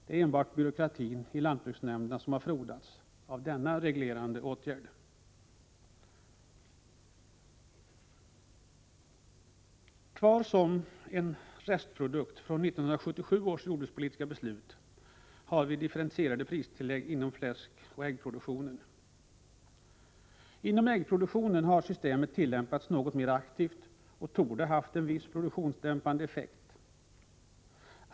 Det är enbart byråkratin i lantbruksnämnderna som har frodats av denna reglerande åtgärd. Kvar som en restprodukt från 1977 års jordbrukspolitiska beslut har vi differentierade pristillägg inom fläskoch äggproduktionen. Inom äggproduktionen har systemet tillämpats något mera aktivt och torde ha haft en viss produktionsdämpande effekt.